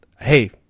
hey